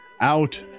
out